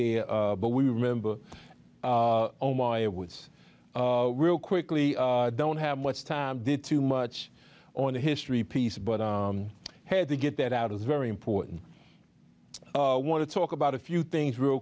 there but we remember oh my it was real quickly i don't have much time did too much on the history piece but i had to get that out is very important i want to talk about a few things real